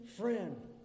friend